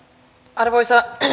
arvoisa